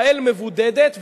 ישראל מבודדת,